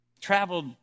traveled